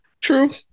True